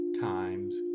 times